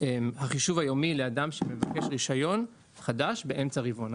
החישוב היומי לאדם שמבקש רישיון חדש באמצע הרבעון.